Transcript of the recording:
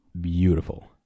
beautiful